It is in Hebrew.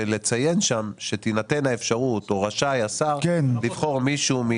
ולציין שם שתינתן האפשרות או רשאי השר לבחור מישהו.